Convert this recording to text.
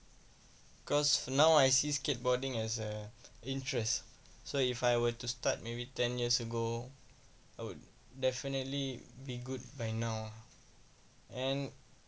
cause now I see skateboarding as a interest so if I were to start maybe ten years ago I would definitely be good by now and